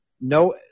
no